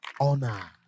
Honor